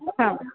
ಹಾಂ